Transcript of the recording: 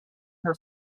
her